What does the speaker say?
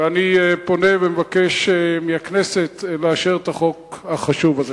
ואני פונה ומבקש מהכנסת לאשר את החוק החשוב הזה.